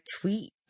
tweet